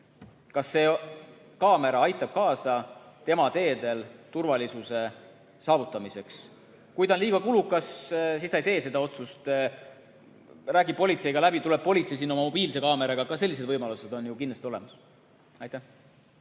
kas see kaamera aitab kaasa tema teedel turvalisuse saavutamisele. Kui see on liiga kulukas, siis ta ei tee seda otsust, vaid räägib politseiga läbi ja politsei tuleb sinna oma mobiilse kaameraga kohale. Ka sellised võimalused on kindlasti olemas. Aitäh!